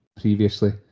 previously